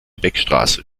beckstraße